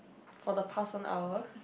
for the past one hour